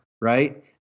right